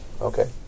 Okay